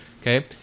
okay